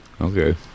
Okay